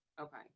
Okay